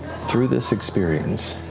through this experience,